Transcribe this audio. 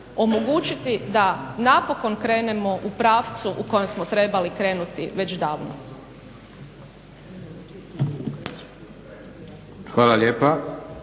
omogućiti da napokon krenemo u pravcu u kojem smo trebali krenuti već davno. **Leko,